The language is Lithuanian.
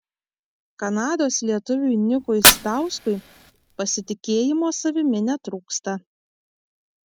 kanados lietuviui nikui stauskui pasitikėjimo savimi netrūksta